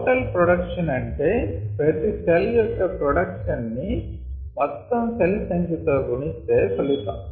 total production అంటే ప్రతి cell యొక్క ప్రొడక్షన్ ని మొత్తం సెల్ సంఖ్య తో గుణిస్తే ఫలితం